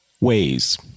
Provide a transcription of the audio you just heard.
ways